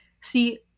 See